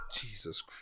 jesus